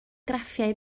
graffiau